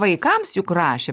vaikams juk rašė